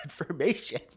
information